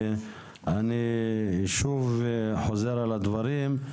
אני שוב חוזר על הדברים,